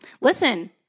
Listen